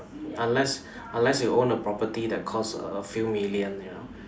unless unless you own a property that cost a few million you know